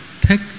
take